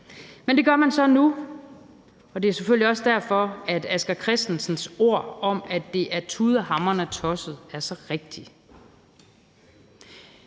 Men det gør man så nu, og det er selvfølgelig også derfor, at Asger Christensens ord om, at det er tudehamrende tosset, er så rigtige.